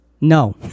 No